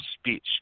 speech